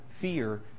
fear